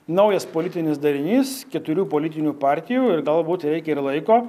naujas politinis darinys keturių politinių partijų ir galbūt reikia ir laiko